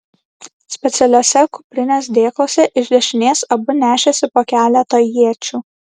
specialiuose kuprinės dėkluose iš dešinės abu nešėsi po keletą iečių